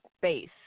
base